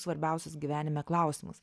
svarbiausius gyvenime klausimus